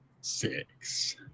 six